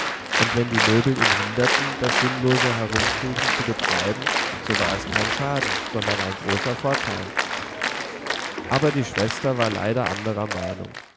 und wenn die möbel ihn hinderten das sinnlose herumkriechen zu betreiben so war es kein schaden sondern ein großer vorteil aber die schwester war leider anderer meinung